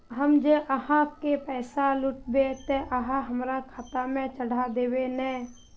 हम जे आहाँ के पैसा लौटैबे ते आहाँ हमरा खाता में चढ़ा देबे नय?